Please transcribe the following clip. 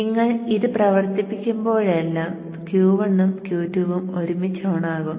നിങ്ങൾ ഇത് പ്രവർത്തിക്കുമ്പോഴെല്ലാം Q1 ഉം Q2 ഉം ഒരുമിച്ച് ഓണാക്കും